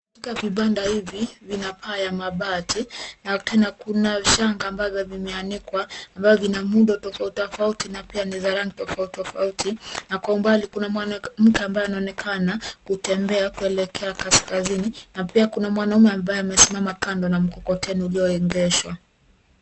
Katika vibanda hivi, vina paa ya mabati, na tena kuna shanga ambavyo vimeanikwa, ambavyo vina muundo tofauti tofauti, na pia ni za rangi tofauti tofauti, na kwa umbali kuna mwanamke anaonekana kutembea kuelekea kaskazini, na pia kuna mwanaume ambaye amesimama kando na mkokoteni ulio egeshwa.